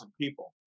people